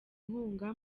inkunga